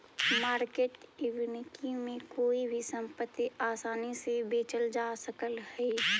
market equity में कोई भी संपत्ति आसानी से बेचल जा सकऽ हई